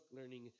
learning